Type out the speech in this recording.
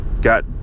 got